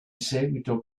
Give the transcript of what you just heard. seguito